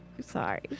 Sorry